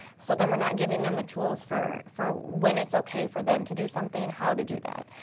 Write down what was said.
so then we're not giving them the tools for for when it's okay for them to do something how to do that.